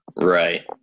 Right